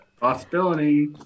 possibility